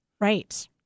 Right